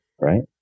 right